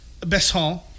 Besson